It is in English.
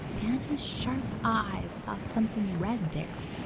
danny's sharp eyes saw something red there.